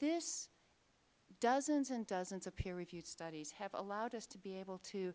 this dozens and dozens of peer reviewed studies have allowed us to be able to